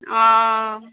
ओ